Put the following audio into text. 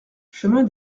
chemin